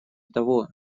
того